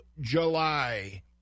july